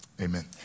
amen